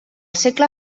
segle